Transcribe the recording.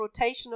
rotational